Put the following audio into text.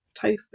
tofu